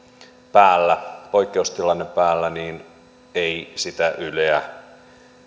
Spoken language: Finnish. päällä poikkeustilanne päällä ei sitä yleä